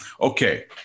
Okay